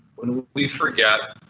when we forget,